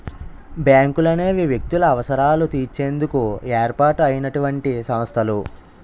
బ్యాంకులనేవి వ్యక్తుల అవసరాలు తీర్చేందుకు ఏర్పాటు అయినటువంటి సంస్థలు